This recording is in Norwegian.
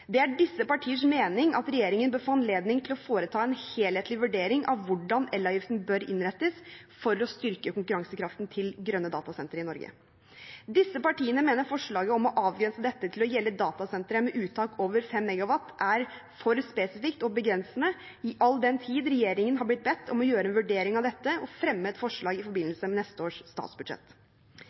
Det er disse partienes mening at regjeringen bør få anledning til å foreta en helhetlig vurdering av hvordan elavgiften bør innrettes for å styrke konkurransekraften til grønne datasentre i Norge. Disse partiene mener forslaget om å avgrense dette til å gjelde datasentre med uttak over 5 MW er for spesifikt og begrensende all den tid regjeringen har blitt bedt om å gjøre en vurdering av dette og fremme et forslag i forbindelse med neste års statsbudsjett.